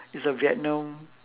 it's a vietnam